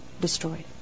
destroyed